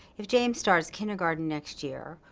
if james starts kindergarten next year,